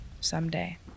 someday